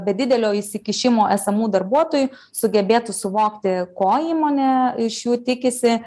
be didelio įsikišimo esamų darbuotojų sugebėtų suvokti ko įmonė iš jų tikisi